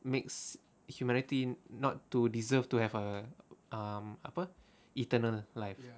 makes humanity not to deserve to have a um apa eternal life